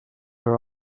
her